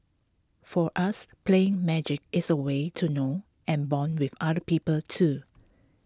for us playing magic is A way to know and Bond with other people too